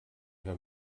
herr